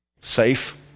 Safe